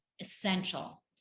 essential